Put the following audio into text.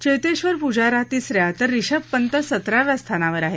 चेतेंबर पुजारा तिसऱ्या तर रिषभ पंत सतराव्या स्थानावर आहे